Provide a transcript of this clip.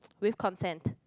with consent